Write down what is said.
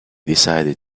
decided